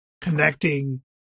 connecting